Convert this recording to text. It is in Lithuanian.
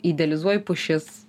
idealizuoji pušis